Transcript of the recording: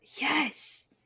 Yes